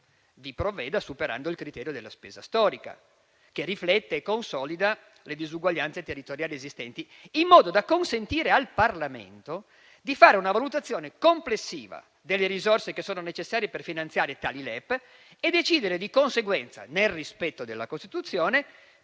vi provveda superando il criterio della spesa storica, che riflette e consolida le disuguaglianze territoriali esistenti, in modo da consentire al Parlamento di fare una valutazione complessiva delle risorse che sono necessarie per finanziare tali LEP e decidere di conseguenza, nel rispetto della Costituzione,